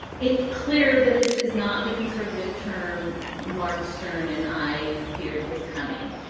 it's clear that this is not the conservative term mark stern and i feared was coming.